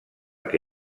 que